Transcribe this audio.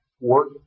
work